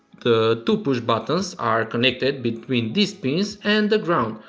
the two push buttons are connected between these pins and the ground,